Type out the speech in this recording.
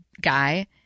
guy